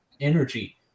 energy